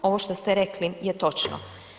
Ovo što ste rekli je točno.